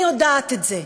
אני יודעת את זה,